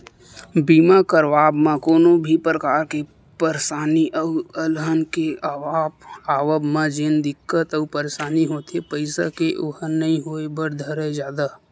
बीमा करवाब म कोनो भी परकार के परसानी अउ अलहन के आवब म जेन दिक्कत अउ परसानी होथे पइसा के ओहा नइ होय बर धरय जादा